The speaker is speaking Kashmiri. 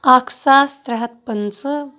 اَکھ ساس ترٛےٚ ہَتھ پٕنٛژٕ